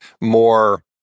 more